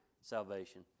salvation